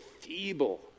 feeble